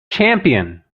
champion